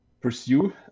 pursue